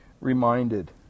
reminded